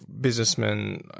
businessmen